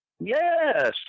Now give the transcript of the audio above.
yes